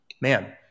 man